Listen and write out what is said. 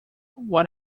what